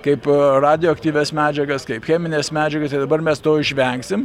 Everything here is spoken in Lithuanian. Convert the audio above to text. kaip radioaktyvias medžiagas kaip chemines medžiagas ir dabar mes to išvengsim